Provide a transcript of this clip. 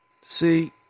See